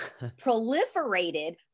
proliferated